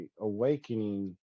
awakening